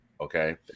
Okay